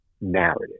narrative